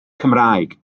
cymraeg